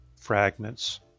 fragments